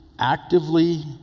actively